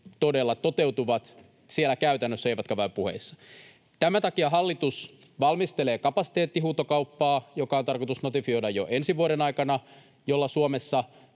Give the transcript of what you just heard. todella toteutuvat käytännössä eivätkä vain puheissa. Tämän takia hallitus valmistelee kapasiteettihuutokauppaa, joka on tarkoitus notifioida jo ensi vuoden aikana ja jolla Suomessa